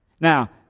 Now